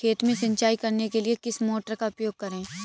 खेत में सिंचाई करने के लिए किस मोटर का उपयोग करें?